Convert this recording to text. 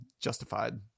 justified